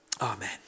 Amen